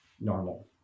normal